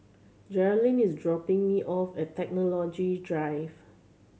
Jerrilyn is dropping me off at Technology Drive